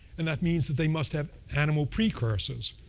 and that means that they must have animal precursors.